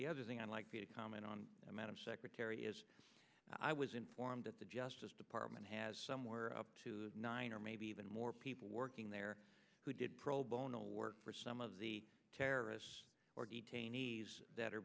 the other thing i'd like you to comment on amount of secretary is i was informed that the justice department has somewhere up to nine or maybe even more people working there who did pro bono work for some of the terrorists or detainees that are